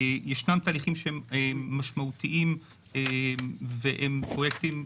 ישנם תהליכים שהם משמעותיים והם פרויקטים,